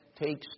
takes